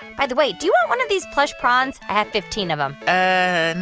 by the way, do you want one of these plush prawns? i have fifteen of them ah,